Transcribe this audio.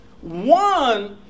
one